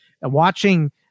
watching